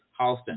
Halston